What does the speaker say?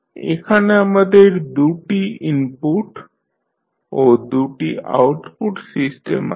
এখানে আমাদের 2 টি ইনপুট ও 2 টি আউটপুট সিস্টেম আছে